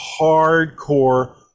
hardcore